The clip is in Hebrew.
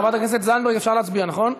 חברת הכנסת זנדברג, אפשר להצביע, נכון?